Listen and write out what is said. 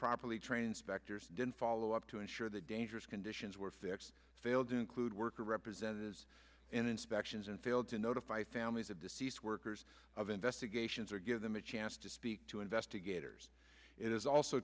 properly train spector's didn't follow up to ensure the dangerous conditions were fixed failed to include worker representatives and inspections and failed to notify families of deceased workers of investigations or give them a chance to speak to investigators it is also